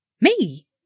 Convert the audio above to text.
Me